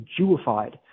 Jewified